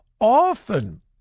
often